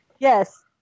Yes